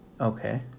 Okay